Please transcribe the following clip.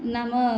नाम